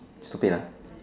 stupid lah